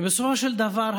ובסופו של דבר,